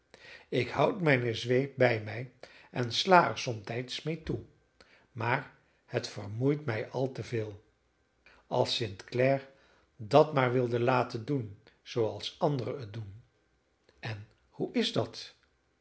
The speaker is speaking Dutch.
ik houd mijne zweep bij mij en sla er somtijds mee toe maar het vermoeit mij al te veel als st clare dat maar wilde laten doen zooals anderen het doen en hoe is dat